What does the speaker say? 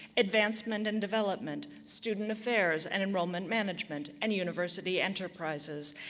advancement and development, student affairs, and enrollment management, and university enterprises,